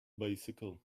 bicycle